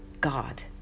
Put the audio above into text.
God